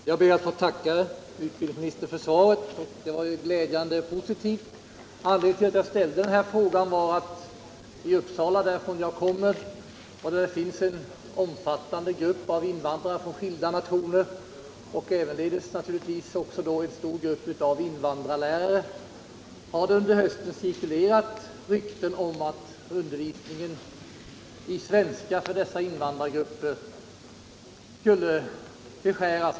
Herr talman! Jag ber att få tacka utbildningsministern för svaret. Det var glädjande positivt. Anledningen till att jag ställde min fråga var följande. I Uppsala, som jag kommer ifrån och där det finns en omfattande grupp invandrare från skilda nationer och naturligtvis då också en stor grupp invandrarlärare, har det under hösten cirkulerat rykten om att undervisningen i svenska för invandrare skulle skäras ned.